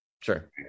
Sure